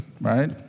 right